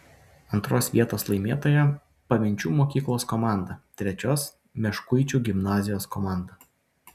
antros vietos laimėtoja pavenčių mokyklos komanda trečios meškuičių gimnazijos komanda